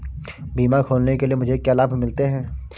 बीमा खोलने के लिए मुझे क्या लाभ मिलते हैं?